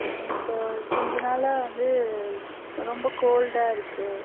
இப்போ கொஞ்சம் நாளாக வந்து ரொம்ப கோல்டாக இருக்கு